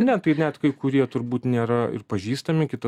ne tai net kai kurie turbūt nėra ir pažįstami kitas